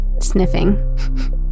sniffing